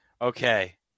okay